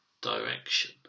direction